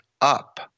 up